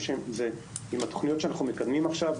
עם התוכניות שאנחנו מקדמים עכשיו,